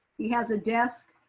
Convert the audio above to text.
he has a desk.